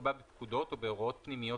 יקבע בפקודות או בהוראות פנימיות,